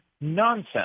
nonsense